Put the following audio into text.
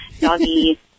doggy